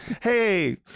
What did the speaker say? hey